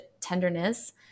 tenderness